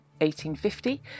1850